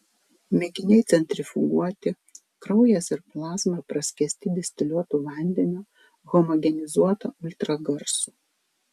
mėginiai centrifuguoti kraujas ir plazma praskiesti distiliuotu vandeniu homogenizuota ultragarsu